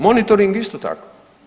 Monitoring isto tako.